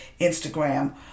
Instagram